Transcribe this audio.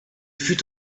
fut